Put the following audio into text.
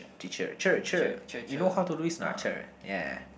teacher cher cher you know how to do this or not cher yeah